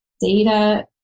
data